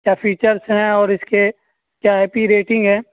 کیا فیچرس ہیں اور اس کے کیا اے پی ریٹنگ ہیں